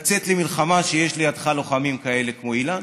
לצאת למלחמה כשיש לידך לוחמים כאלה, כמו אילן